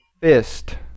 Fist